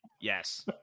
Yes